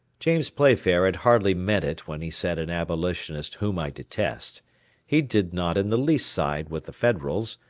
james playfair had hardly meant it when he said an abolitionist whom i detest he did not in the least side with the federals,